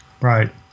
Right